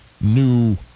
new